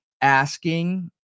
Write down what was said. Asking